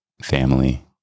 family